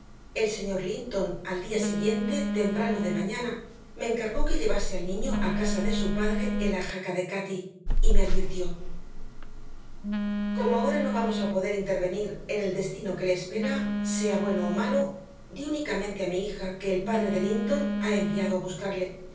el señor linton al día siguiente temprano de mañana me encargó que llevase al niño a casa de su padre en la jaca de cati y me advirtió como ahora no vamos a poder intervenir en el destino que le espera sea bueno o malo di únicamente a mi hija que el padre de linton ha enviado a buscarle